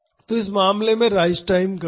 तो इस मामले में राइज टाइम कम है